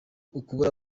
ukubura